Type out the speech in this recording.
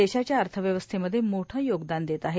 देशाच्या अर्थव्यवस्थेमध्ये मोठं योगदान देत आहे